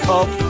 up